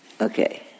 Okay